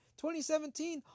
2017